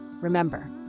Remember